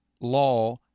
law